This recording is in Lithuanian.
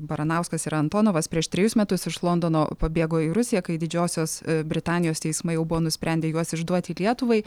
baranauskas ir antonovas prieš trejus metus iš londono pabėgo į rusiją kai didžiosios britanijos teismai jau buvo nusprendę juos išduoti lietuvai